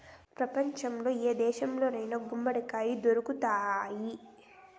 ప్రపంచంలో ఏ దేశంలో అయినా గుమ్మడికాయ దొరుకుతాయి